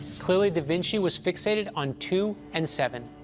clearly da vinci was fixated on two and seven.